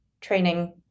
training